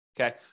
okay